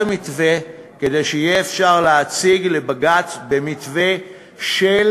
המתווה כדי שיהיה אפשר להציג לבג"ץ במתווה של